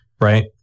right